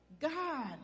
God